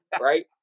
Right